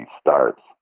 starts